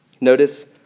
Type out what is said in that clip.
Notice